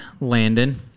Landon